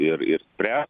ir ir spręs